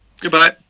goodbye